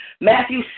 Matthew